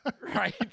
right